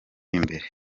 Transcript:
imbere